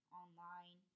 online